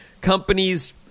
companies